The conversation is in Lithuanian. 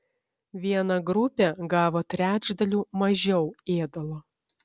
viena grupė gavo trečdaliu mažiau ėdalo